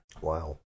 Wow